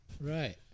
Right